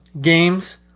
games